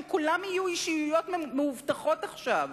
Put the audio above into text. הם כולם יהיו אישיויות מאובטחות עכשיו.